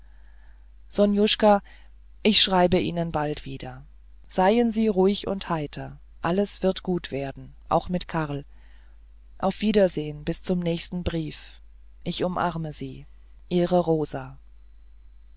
sonjuscha ich schreibe ihnen bald wieder seien sie ruhig und heiter alles wird gut werden auch mit karl auf wiedersehen bis zum nächsten brief ich umarme sie ihre rosa